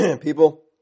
People